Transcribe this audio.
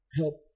help